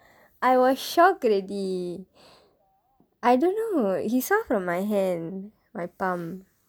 I was shocked already I don't know he saw from my hand my palm